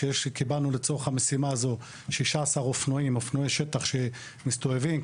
שקיבלנו לצורך המשימה הזאת 16 אופנוע שטח שמסתובבים,